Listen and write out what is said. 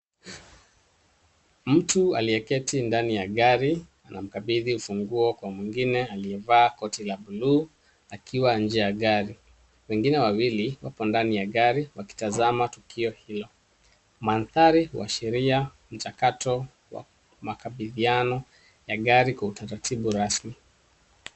Mtu aliyeketi ndani ya gari anamkabidhi ufunguo kwa mwingine aliyevaa koti la bluu, akiwa nje ya gari. Wengine wawili wako ndani ya gari, wakitazama tukio hili. Mandhari huarishira mchakato wa makabidhiano ya gari kwa utaratibu rasmi.